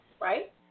right